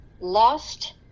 Lost